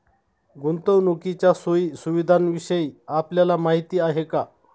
गुंतवणुकीच्या सोयी सुविधांविषयी आपल्याला माहिती आहे का?